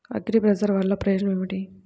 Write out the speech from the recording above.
అగ్రిబజార్ వల్లన ప్రయోజనం ఏమిటీ?